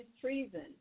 treason